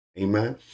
Amen